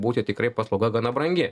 būti tikrai paslauga gana brangi